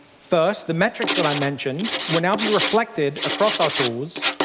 first, the metrics that i mentioned will now be reflected across our tools,